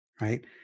right